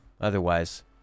otherwise